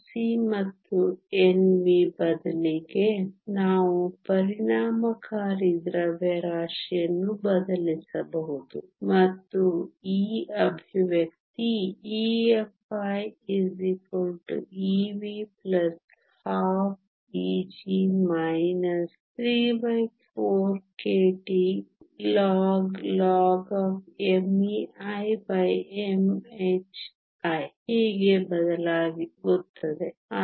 Nc ಮತ್ತು Nv ಬದಲಿಗೆ ನಾವು ಪರಿಣಾಮಕಾರಿ ದ್ರವ್ಯರಾಶಿಯನ್ನು ಬದಲಿಸಬಹುದು ಮತ್ತು ಈ ಎಕ್ಸ್ಪ್ರೆಶನ್ EFiEv12Eg 34kTInInmeimhi ಹೀಗೆ ಬದಲಾಗುತ್ತದೆ